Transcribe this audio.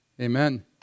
Amen